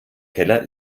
keller